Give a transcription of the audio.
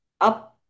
up